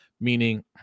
meaning